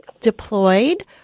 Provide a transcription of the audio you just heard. deployed